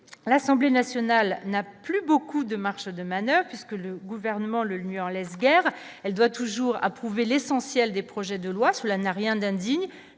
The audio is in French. l'Assemblée nationale n'a plus beaucoup de marge de manoeuvre, puisque le gouvernement le lui en laisse guère, elle doit toujours approuvé l'essentiel des projets de loi, cela n'a rien d'indigne,